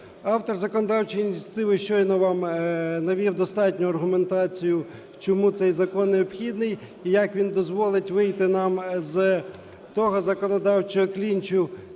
Автор законодавчої ініціативи щойно вам навів достатню аргументацію, чому цей закону необхідний і як він дозволить вийти нам з того законодавчого клінчу,